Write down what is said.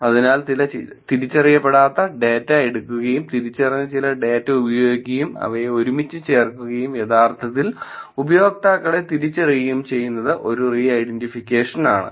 അതിനാൽ ചില തിരിച്ചറിയപ്പെടാത്ത ഡാറ്റ എടുക്കുകയും തിരിച്ചറിഞ്ഞ ചില ഡാറ്റ ഉപയോഗിക്കുകയും അവയെ ഒരുമിച്ച് ചേർക്കുകയും യഥാർത്ഥത്തിൽ ഉപയോക്താക്കളെ തിരിച്ചറിയുകയും ചെയ്യുന്നത് ഒരു റീ ഐഡന്റിഫിക്കേഷൻ ആണ്